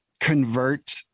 convert